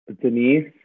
denise